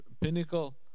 pinnacle